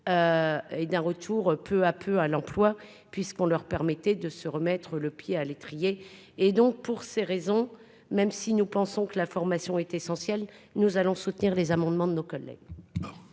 et d'un retour peu à peu à l'emploi puisqu'on leur permettait de se remettre le pied à l'étrier et donc pour ces raisons, même si nous pensons que la formation est essentielle, nous allons soutenir les amendements de nos collègues.